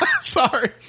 Sorry